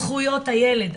זכויות הילד,